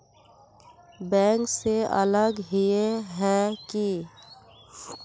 Bank से अलग हिये है की?